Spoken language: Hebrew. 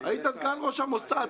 היית סגן ראש המוסד,